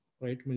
right